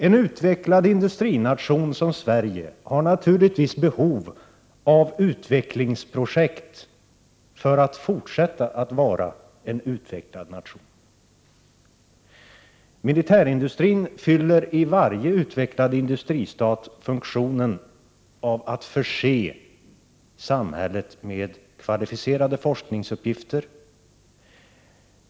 En utvecklad industrination som Sverige har naturligtvis behov av utvecklingsprojekt för att kunna fortsätta att vara en utvecklad nation. Militärindustrin fyller i varje utvecklad industristat funktionen av att förse samhället med kvalificerade forskningsuppgifter.